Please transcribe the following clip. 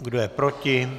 Kdo je proti?